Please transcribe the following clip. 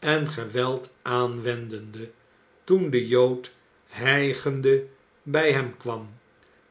en geweld aanwendde toen de jood hijgende bij hem kwam